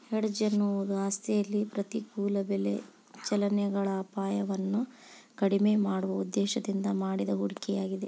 hedge ಎನ್ನುವುದು ಆಸ್ತಿಯಲ್ಲಿ ಪ್ರತಿಕೂಲ ಬೆಲೆ ಚಲನೆಗಳ ಅಪಾಯವನ್ನು ಕಡಿಮೆ ಮಾಡುವ ಉದ್ದೇಶದಿಂದ ಮಾಡಿದ ಹೂಡಿಕೆಯಾಗಿದೆ